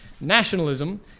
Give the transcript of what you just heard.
Nationalism